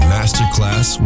Masterclass